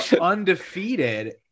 undefeated